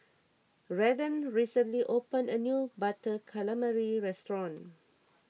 Redden recently opened a new Butter Calamari restaurant